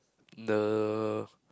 the